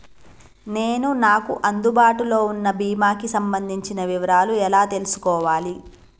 నేను నాకు అందుబాటులో ఉన్న బీమా కి సంబంధించిన వివరాలు ఎలా తెలుసుకోవాలి?